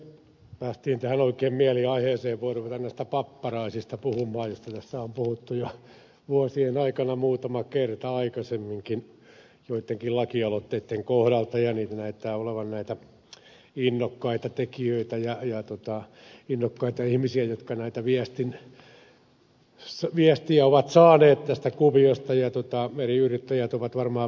päästiin tähän oikein mieliaiheeseen puhumaan näistä papparaisista joista tässä on puhuttu jo vuosien aikana muutama kerta aikaisemminkin joittenkin lakialoitteiden kohdalta ja niitä näyttää olevan näitä innokkaita tekijöitä ja innokkaita ihmisiä jotka viestiä ovat saaneet tästä kuviosta ja eri yrittäjät ovat varmaan viestiä ottaneet